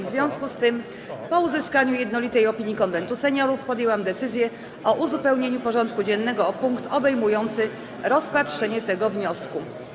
W związku z tym, po uzyskaniu jednolitej opinii Konwentu Seniorów, podjęłam decyzję o uzupełnieniu porządku dziennego o punkt obejmujący rozpatrzenie tego wniosku.